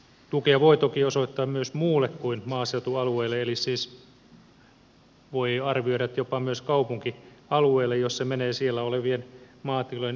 tukea voi toki osoittaa myös muulle kuin maaseutualueelle eli siis voi arvioida että jopa myös kaupunkialueelle jos se menee siellä olevien maatilojen yritystoiminnan tukemiseen